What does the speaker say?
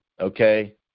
okay